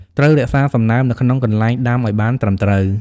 ត្រូវរក្សាសំណើមនៅក្នុងកន្លែងដាំឲ្យបានត្រឹមត្រូវ។